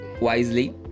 wisely